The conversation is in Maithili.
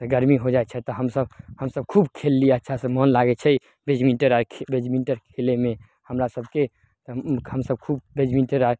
गरमी हो जाइ छै तऽ हमसभ हमसभ खूब खेलली अच्छासँ मोन लागय छै बैडमिन्टन आर खे बैडमिन्टन खेलयमे हमरा सभके हमसभ खूब बैडमिन्टन आर